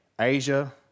Asia